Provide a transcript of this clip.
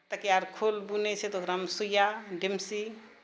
तकिआ आर खोल बुनैत छै तऽ ओकरामे सुइया डिम्सी